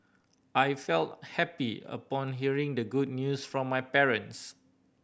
I felt happy upon hearing the good news from my parents